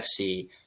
FC